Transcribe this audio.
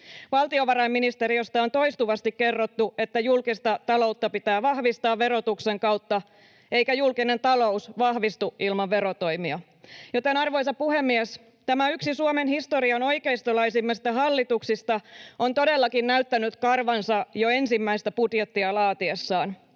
Valtiovarainministeriöstä on toistuvasti kerrottu, että julkista taloutta pitää vahvistaa verotuksen kautta eikä julkinen talous vahvistu ilman verotoimia. Arvoisa puhemies! Tämä yksi Suomen historian oikeistolaisimmista hallituksista on todellakin näyttänyt karvansa jo ensimmäistä budjettiaan laatiessaan.